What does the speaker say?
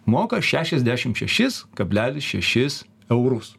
moka šešiasdešim šešis kablelis šešis eurus